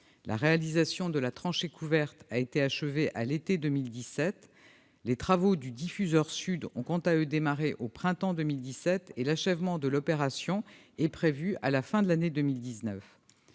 La réalisation de la tranchée couverte a été achevée à l'été 2017. Les travaux du diffuseur sud ont quant à eux démarré au printemps 2017 et l'achèvement de l'opération est prévu à la fin de l'année 2019.